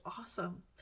awesome